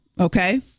Okay